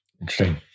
Interesting